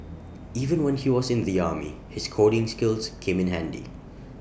even when he was in the army his coding skills came in handy